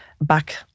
back